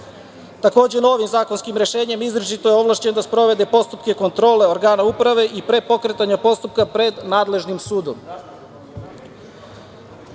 novim zakonskim rešenjem izričito je ovlašćen da sprovede postupke kontrole organa uprave i pre pokretanja postupka pred nadležnim